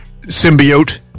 Symbiote